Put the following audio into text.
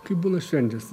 kai būna šventės